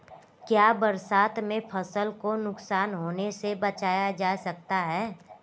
क्या बरसात में फसल को नुकसान होने से बचाया जा सकता है?